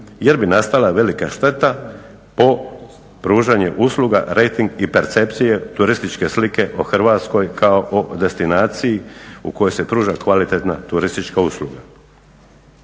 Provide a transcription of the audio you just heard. jer bi nastala velika šteta po pružanju usluga rejting i percepcije turističke slike o Hrvatskoj kao o destinaciji u kojoj se pruža kvalitetna turistička usluga.